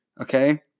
Okay